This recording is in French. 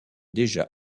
déjà